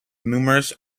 numerous